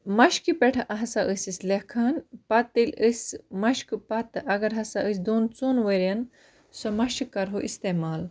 مَشقہِ پٮ۪ٹھٕ ہَسا ٲسۍ أسۍ لیکھان پَتہٕ تیٚلہِ أسۍ مَشقہٕ پَتہٕ اگر ہَسا أسۍ دۄن ژۄن ؤرۍ یَن سۄ مَشِق کَرہو اِستعمال